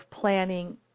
planning